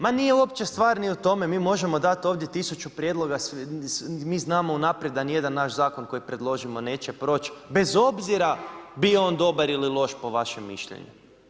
Ma nije uopće stvar ni u tome, mi možemo dati ovdje 1000 prijedloga, mi znamo unaprijed da niti jedan naš zakon kojeg predložimo neće proći bez obzira bio on dobar ili loš, po vašem mišljenju.